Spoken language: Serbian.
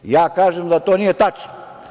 Ja kažem da to nije tačno.